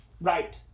right